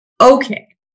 Okay